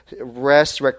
rest